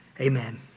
Amen